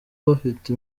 bafite